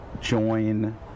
join